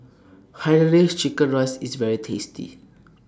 Hainanese Chicken Rice IS very tasty